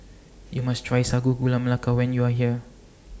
YOU must Try Sago Gula Melaka when YOU Are here